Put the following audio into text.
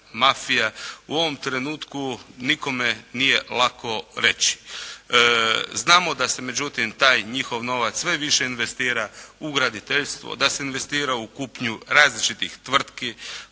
u ovom trenutku nikome nije lako reći. Znamo da se međutim taj njihov novac sve više investira u graditeljstvo, da se investira u kupnju različitih tvrtki.